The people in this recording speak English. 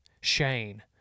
Shane